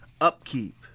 upkeep